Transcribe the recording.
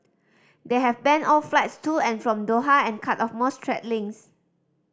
they have banned all flights to and from Doha and cut off most trade links